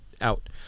out